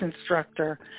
instructor